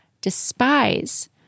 despise